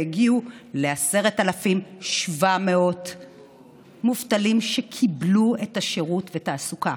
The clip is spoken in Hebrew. והוא הגיע ל-10,700 מובטלים שקיבלו את השירות ואת התעסוקה.